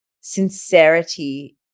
sincerity